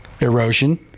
erosion